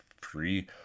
free